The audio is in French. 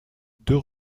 deux